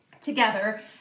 together